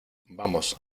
vamos